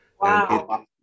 Wow